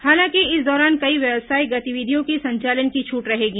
हालांकि इस दौरान कई व्यावसायिक गतिविधियों की संचालन की छूट रहेगी